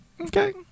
Okay